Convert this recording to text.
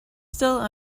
still